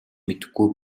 мэдэхгүй